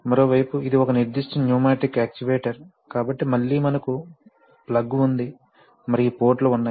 మరోవైపు ఇది ఒక నిర్దిష్ట న్యూమాటిక్ యాక్చుయేటర్ కాబట్టి మళ్ళీ మనకు ప్లగ్ ఉంది మరియు ఈ పోర్టులు ఉన్నాయి